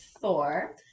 four